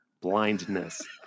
Blindness